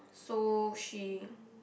so she